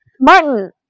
Martin